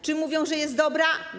Czy mówią, że jest dobra?